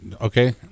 okay